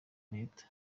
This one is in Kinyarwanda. reta